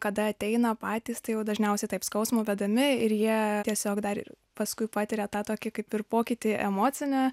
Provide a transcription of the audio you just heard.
kada ateina patys tai jau dažniausiai taip skausmo vedami ir jie tiesiog dar ir paskui patiria tą tokį kaip ir pokytį emocine